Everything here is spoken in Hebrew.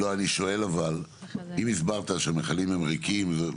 אני שואל, אם הסברת שהמכלים ריקים.